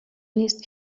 نیست